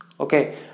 okay